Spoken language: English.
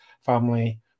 family